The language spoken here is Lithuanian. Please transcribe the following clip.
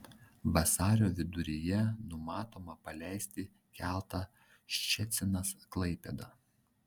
vasario viduryje numatoma paleisti keltą ščecinas klaipėda